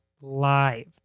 live